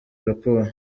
raporo